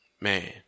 Man